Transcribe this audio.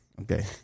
Okay